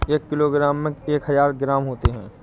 एक किलोग्राम में एक हजार ग्राम होते हैं